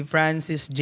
Francis